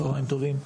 צהריים טובים.